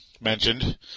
mentioned